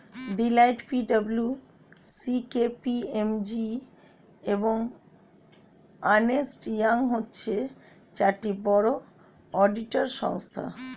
Deloitte, P W C, K P M G, এবং Ernst Young হচ্ছে চারটি বড় অডিটর সংস্থা